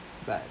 but